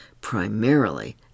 primarily